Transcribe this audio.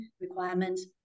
requirements